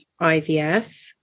IVF